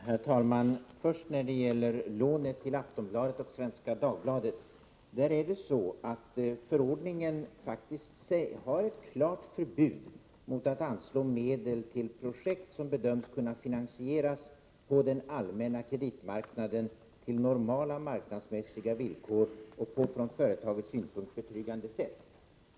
Herr talman! När det gäller lånet till Aftonbladet och Svenska Dagbladet vill jag framhålla att förordningen faktiskt innebär ett klart förbud mot att det anslås medel till projekt, som bedöms kunna finansieras på den allmänna kreditmarknaden, på normala marknadsmässiga villkor och på ett från företagets synpunkt betryggande sätt.